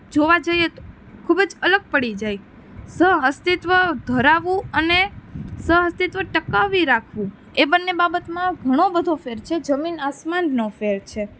જોવા જઈએ ખૂબ જ અલગ પડી જાય સહઅસ્તિત્વ ધરાવવું અને સહઅસ્તિત્વ ટકાવી રાખવું એ બંને બાબતમાં ઘણો બધો ફેર છે જમીન આસમાનનો ફેર છે